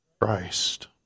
Christ